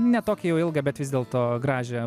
ne tokią jau ilgą bet vis dėlto gražią